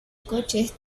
coches